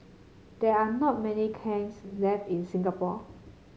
there are not many kilns left in Singapore